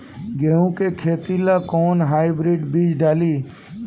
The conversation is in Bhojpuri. गेहूं के खेती ला कोवन हाइब्रिड बीज डाली?